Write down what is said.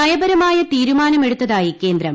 നയപരമായ തീരുമാനിമെടുത്തായി കേന്ദ്രം